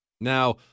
Now